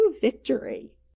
victory